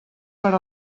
per